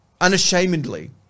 unashamedly